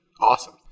Awesome